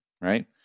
right